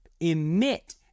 emit